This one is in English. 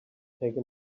take